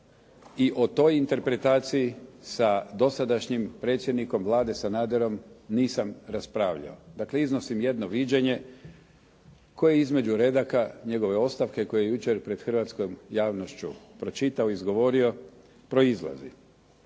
i o toj interpretaciji sa dosadašnjim predsjednikom Vlade Sanaderom nisam raspravljao. Dakle, iznosim jedno viđenje koje između redaka njegove ostavke koje je jučer pred hrvatskom javnošću pročitao, izgovorio, proizlazi.